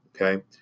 okay